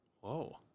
Whoa